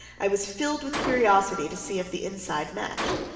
i was filled with curiosity to see if the inside matched.